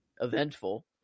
eventful